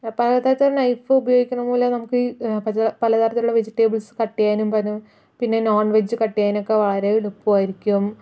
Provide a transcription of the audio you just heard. പലതരത്തിലുള്ള നൈഫ് ഉപയോഗിക്കണ മൂലം നമുക്കീ പല പലതരത്തിലുള്ള വെജിറ്റബിൾസ് കട്ട് ചെയ്യാനും പറ്റും പിന്നെ നോൺവെജ്ജ് കട്ട് ചെയ്യാനൊക്കെ വളരെ എളുപ്പമായിരിക്കും